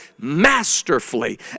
masterfully